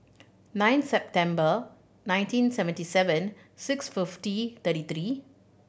nine September nineteen seventy seven six fifty thirty three